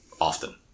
often